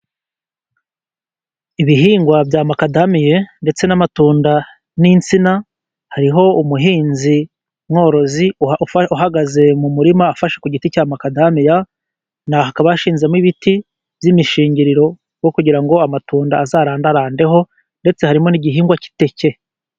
Ibihingwa bya makadamiye, ndetse n’amatunda n’insina. Hariho umuhinzi mworozi uhagaze mu murima, afashe ku giti cya makadamiya. Hakaba hashinzemo ibiti by’imishingiriro, wo kugira ngo amatunda azarandarandeho, ndetse harimo n’igihingwa cy’iteke.